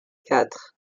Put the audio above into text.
quatre